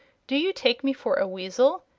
do you take me for a weasel?